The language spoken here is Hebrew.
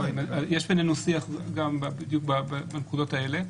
אתה צודק, יש בינינו שיח בדיוק בנקודות האלה.